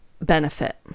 benefit